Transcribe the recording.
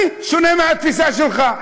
אני שונה מהתפיסה שלך.